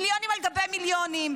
מיליונים על גבי מיליונים.